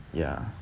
ya